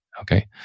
Okay